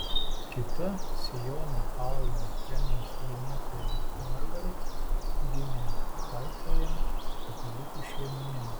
kita siono kalno premijos laimėtoja margaret gimė haifoje katalikų šeimoje